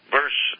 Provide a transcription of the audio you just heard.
Verse